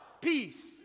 peace